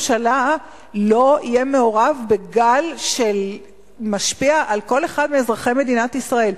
לא יהיה מעורב בגל שמשפיע על כל אחד מאזרחי מדינת ישראל.